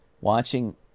watching